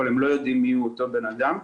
אבל הם לא יודעים מי הוא אותו בן אדם.